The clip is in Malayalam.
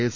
എസ്